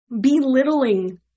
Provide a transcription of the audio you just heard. belittling